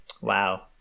Wow